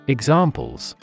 Examples